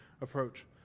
approach